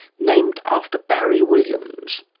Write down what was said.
named after barry williams.